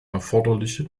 erforderliche